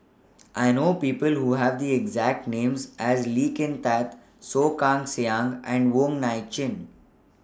I know People Who Have The exact Names as Lee Kin Tat Soh Kay Siang and Wong Nai Chin